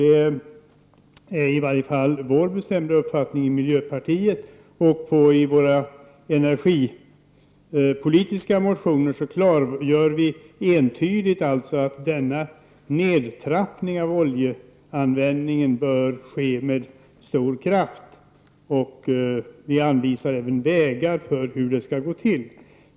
Det är i varje fall vår bestämda uppfattning i miljöpartiet. I vår energipolitiska motion klargör vi entydigt att en nedtrappning av oljeanvändningen bör ske med stor kraft. Vi anvisar även vägar för hur det skall gå till.